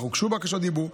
אך הוגשו בקשות רשות דיבור.